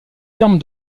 terme